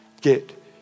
get